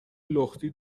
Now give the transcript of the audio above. لختی